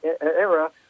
era